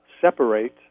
separate